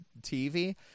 TV